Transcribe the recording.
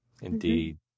Indeed